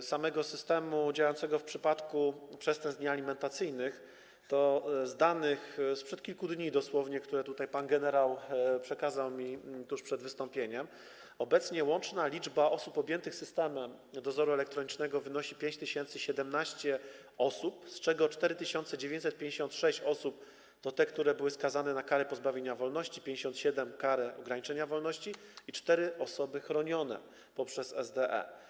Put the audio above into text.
samego systemu działającego w przypadku przestępstw niealimentacyjnych, to z danych sprzed kilku dni dosłownie, które pan generał przekazał mi tuż przed wystąpieniem, wynika, że obecnie łączna liczba osób objętych systemem dozoru elektronicznego wynosi 5017, z czego 4956 to osoby, które były skazane na karę pozbawienia wolności, 57 to osoby skazane na karę ograniczenia wolności i 4 to osoby chronione poprzez SDE,